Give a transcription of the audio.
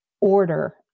order